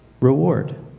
reward